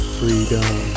freedom